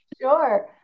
Sure